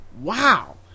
Wow